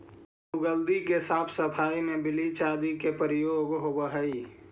लुगदी के सफाई में ब्लीच आदि के प्रयोग होवऽ हई